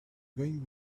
going